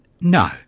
No